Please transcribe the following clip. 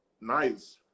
nice